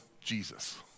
Jesus